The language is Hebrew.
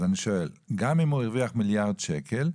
גם אם הוא הרוויח מיליארד שקל,